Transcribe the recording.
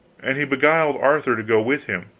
and he beguiled arthur to go with him.